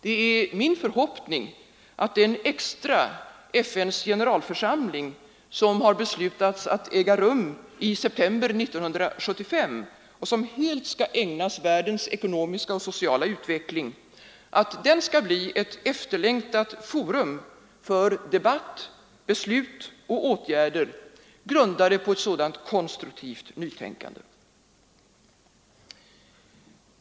Det är min förhoppning att FN:s extra generalförsamling som har beslutats att äga rum i september 1975 och som helt kommer att ägnas världens ekonomiska och sociala utveckling skall bli ett efterlängtat forum för debatt, beslut och åtgärder grundade på ett sådant konstruktivt nytänkande.